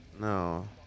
No